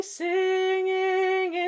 singing